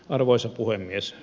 arvoisa puhemies